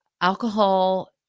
Alcohol